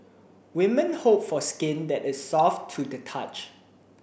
women hope for skin that is soft to the touch